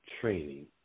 training